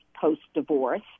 post-divorce